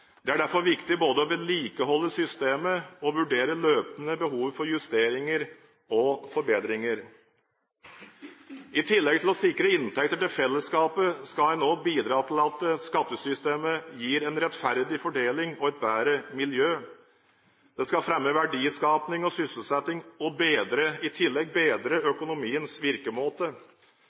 Det er derfor viktig å både vedlikeholde systemet og løpende vurdere behovet for justeringer og forbedringer. I tillegg til å sikre inntekter til fellesskapet skal en også bidra til at skattesystemet gir en rettferdig fordeling og et bedre miljø. Det skal fremme verdiskaping og sysselsetting og i tillegg bedre økonomiens virkemåte.